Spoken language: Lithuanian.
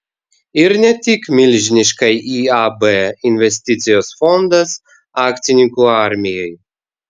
ir ne tik milžiniškai iab investicijos fondas akcininkų armijai